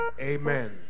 Amen